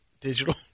digital